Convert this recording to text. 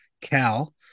Cal